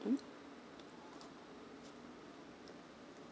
mm